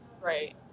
right